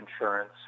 insurance